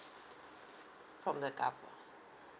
from the govern~